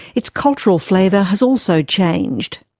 its cultural flavour has also changed.